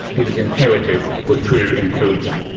it is imperative for true inclusion.